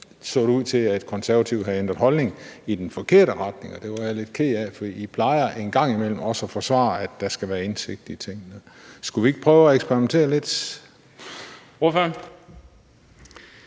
så ud til, at Konservative havde ændret holdning i den forkerte retning, og det var jeg lidt ked af. For I plejer en gang imellem også at forsvare, at der skal være indsigt i tingene, men skulle vi ikke prøve at eksperimentere lidt? Kl.